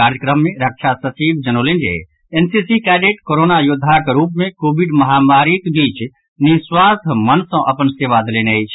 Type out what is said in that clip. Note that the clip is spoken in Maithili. कार्यक्रम मे रक्षा सचिव जनौलनि जे एनसीसी कैडेट कोरोना योद्धाक रूप मे कोविड महामारीक बीच निःस्वार्थ मन सँ अपन सेवा देलनि अछि